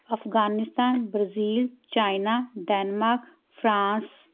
Afghanistan Brazil China Denmark France